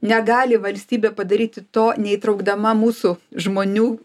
negali valstybė padaryti to neįtraukdama mūsų žmonių